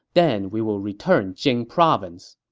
then we will return jing province.